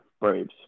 Braves